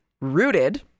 rooted